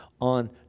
on